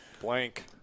Blank